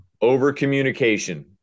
Over-communication